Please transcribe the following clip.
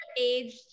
age